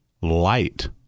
light